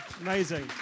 Amazing